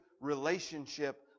relationship